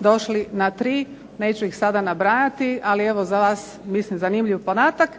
došli na tri. Neću ih sada nabrajati, ali evo za vas mislim zanimljiv podatak.